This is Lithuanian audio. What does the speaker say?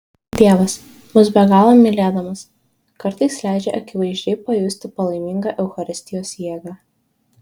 dievas mus be galo mylėdamas kartais leidžia akivaizdžiai pajusti palaimingą eucharistijos jėgą